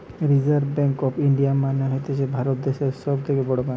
reserve Bank of India মানে হতিছে ভারত দ্যাশের সব থেকে বড় ব্যাঙ্ক